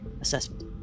assessment